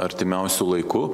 artimiausiu laiku